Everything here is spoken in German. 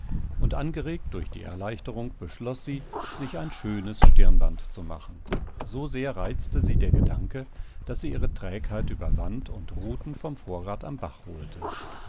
und angeregt durch die erleichterung beschloß sie sich ein schönes stirnband zu machen so sehr reizte sie der gedanke daß sie ihre trägheit überwand und ruten vom vorrat am bach holte